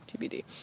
TBD